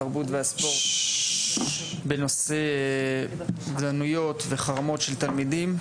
התרבות והספורט בנושא התאבדויות וחרמות של תלמידים.